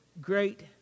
great